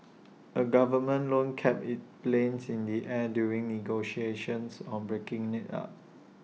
A government loan kept its planes in the air during negotiations on breaking IT up